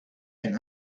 and